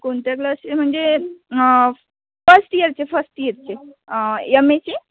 कोणत्या क्लास म्हणजे फर्स्ट इयरचे फर्स्ट इयरचे यम एचे